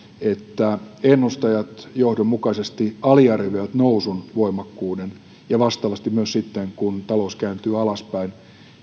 että ennustajat johdonmukaisesti aliarvioivat nousun voimakkuuden ja vastaavasti myös sitten kun talous kääntyy alaspäin